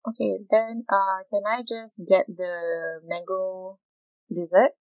okay then uh can I just get the mango dessert